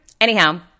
Anyhow